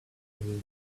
into